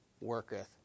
worketh